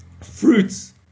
fruits